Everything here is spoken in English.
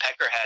Peckerhead